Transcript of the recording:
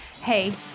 Hey